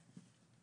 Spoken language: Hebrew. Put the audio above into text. לדבר.